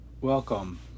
Welcome